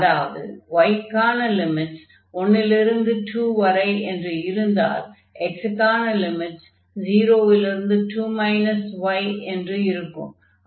அதாவது y க்கான limits 1 லிருந்து 2 வரை என்று இருந்தால் x க்கான லிமிட்ஸ் 0 லிருந்து 2 y என்று இருக்கும்